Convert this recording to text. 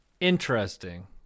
interesting